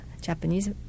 Japanese